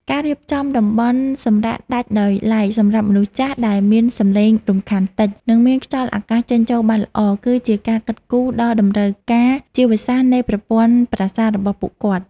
ការរៀបចំតំបន់សម្រាកដាច់ដោយឡែកសម្រាប់មនុស្សចាស់ ដែលមានសម្លេងរំខានតិច និងមានខ្យល់អាកាសចេញចូលបានល្អ គឺជាការគិតគូរដល់តម្រូវការជីវសាស្ត្រនៃប្រព័ន្ធប្រសាទរបស់ពួកគាត់។